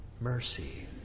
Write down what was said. mercy